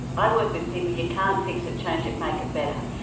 i work with people you can't fix it, change it, make it better.